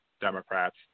Democrats